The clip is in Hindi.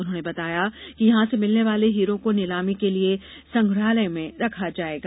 उन्होंने बताया कि यहां से मिलने वाले हीरों को नीलामी के लिए संग्रहालय में रखा जायेगा